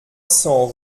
cents